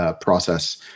process